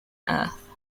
earth